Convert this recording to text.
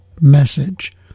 message